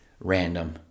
random